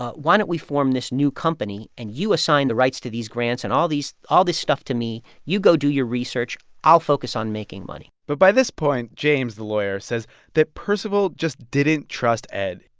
why don't we form this new company, and you assign the rights to these grants and all these all this stuff to me. you go do your research. i'll focus on making money but by this point, james the lawyer says that percival just didn't trust ed.